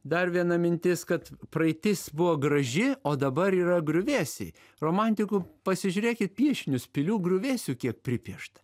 dar viena mintis kad praeitis buvo graži o dabar yra griuvėsiai romantikų pasižiūrėkit piešinius pilių griuvėsių kiek pripiešta